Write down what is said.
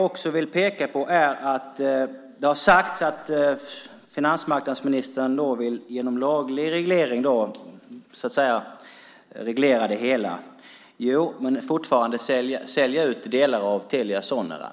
Det har sagts att finansmarknadsministern vill reglera det hela i lag men fortfarande sälja ut delar av Telia Sonera.